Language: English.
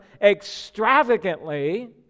extravagantly